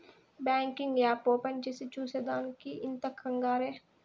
banking app open చేసి చూసే దానికి ఇంత కంగారే